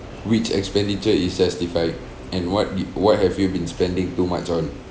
which expenditure is justified and what i~ what have you been spending too much on